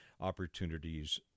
opportunities